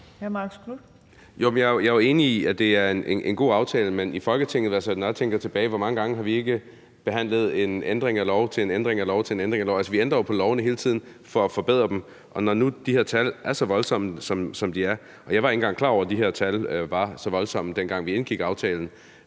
Jeg er jo enig i, at det er en god aftale. Men når jeg tænker tilbage her i Folketinget – hvor mange gange har vi ikke behandlet en ændring af en lov af en ændring af lov af en ændring af lov – ændrer vi jo på lovene hele tiden for at forbedre dem. Og når nu de her tal er så voldsomme, som de er – og jeg var ikke engang klar over, at de har tal var så voldsomme, dengang vi indgik aftalen